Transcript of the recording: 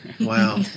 Wow